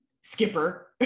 skipper